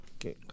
Okay